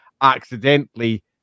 accidentally